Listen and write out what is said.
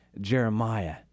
Jeremiah